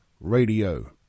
radio